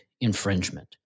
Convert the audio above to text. infringement